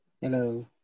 Hello